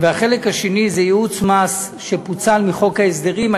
והחלק השני הוא ייעוץ מס שפוצל מחוק ההסדרים.